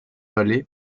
vallée